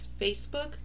Facebook